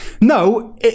No